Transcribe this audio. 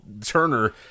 Turner